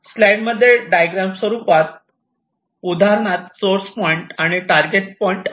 slide मध्ये diagram स्वरूपात उदाहरणात सोर्स पॉईंट आणि टारगेट पॉईंट दाखविले आहे